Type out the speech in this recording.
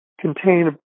Contain